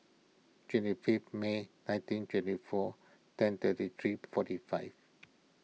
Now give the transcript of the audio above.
twenty fifth May nineteen twenty four ten thirty three forty five